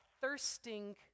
thirsting